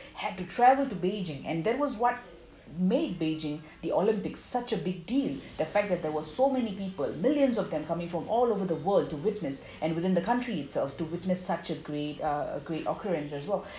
had to travel to beijing and that was what made beijing the olympics such a big deal the fact that there were so many people millions of them coming from all over the world to witness and within the country itself to witness such a great uh a great occurrence as well